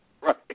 Right